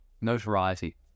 notoriety